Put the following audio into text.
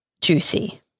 juicy